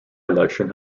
election